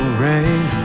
rain